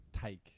take